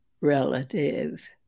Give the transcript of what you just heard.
relative